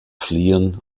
fliehen